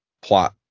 plot